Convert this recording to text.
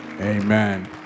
amen